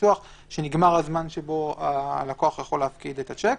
הניסוח שבו הלקוח יכול להפקיד את השיק,